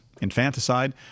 infanticide